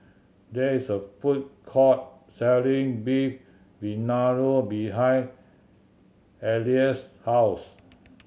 there is a food court selling Beef Vindaloo behind Elease's house